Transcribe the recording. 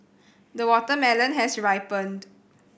the watermelon has ripened